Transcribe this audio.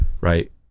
right